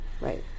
Right